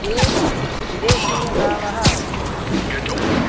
ये विदेशीयगावः